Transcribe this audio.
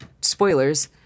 spoilers